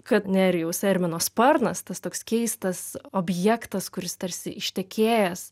kad nerijaus ermino sparnas tas toks keistas objektas kuris tarsi ištekėjęs